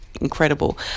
incredible